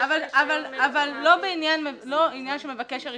אבל לא "בעניין מבקש הרישיון".